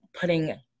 putting